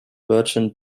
virgin